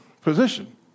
position